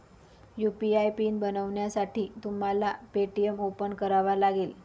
UPI pin बनवण्यासाठी तुम्हाला Paytm open करावा लागेल